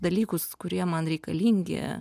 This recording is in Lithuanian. dalykus kurie man reikalingi